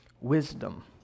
Wisdom